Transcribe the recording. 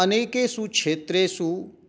अनेकेषु क्षेत्रेषु